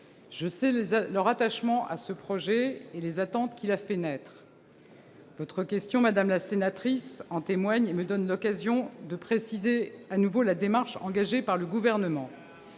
Je sais leur attachement à ce projet et les attentes qu'il a fait naître. Votre question en témoigne et me donne l'occasion de préciser de nouveau la démarche engagée par le Gouvernement.